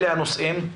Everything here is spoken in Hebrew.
אלה הנושאים.